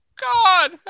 God